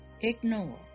ignore